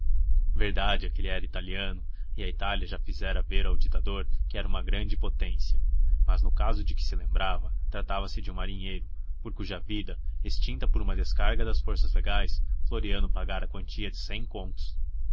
ele era italiano e a itália já fizera ver ao ditador que era uma grande potência mas no caso de que se lembrava tratava-se de um marinheiro por cuja vida extinta por uma descarga das forças legais floriano pagara a quantia de cem contos